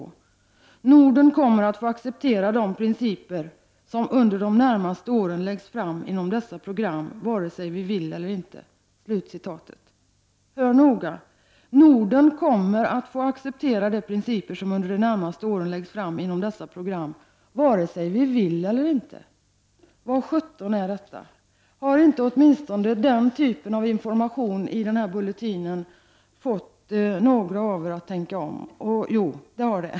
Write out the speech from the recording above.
Norden kommer att få acceptera de principer som under de närmaste åren läggs fast inom dessa program vare sig vi vill det eller inte. Hör noga på: Norden kommer att få acceptera de principer som under de närmaste åren läggs fast inom dessa program vare sig vi vill det eller inte. Vad är detta? Har åtminstone inte den typen av information i den här bulletinen fått några av er att tänka om? Jo, så är det.